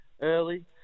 early